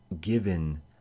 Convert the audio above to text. given